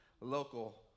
local